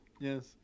Yes